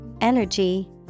energy